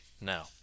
now